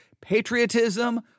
patriotism